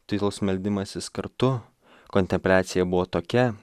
tylūs meldimasis kartu kontempliacija buvo tokia